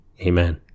Amen